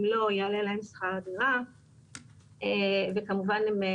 אם לא יעלה להם שכר הדירה וכמובן הם,